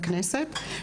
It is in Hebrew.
הטרדות.